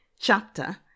chapter